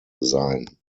sein